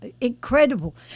Incredible